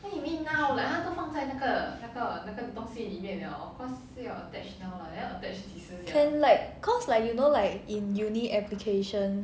can like cause like you know like in uni application